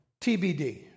TBD